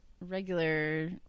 regular